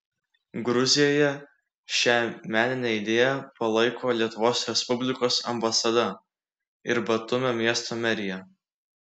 gruzijoje šią meninę idėją palaiko lietuvos respublikos ambasada ir batumio miesto merija